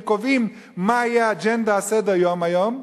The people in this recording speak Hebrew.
וקובעים מה תהיה האג'נדה על סדר-היום היום,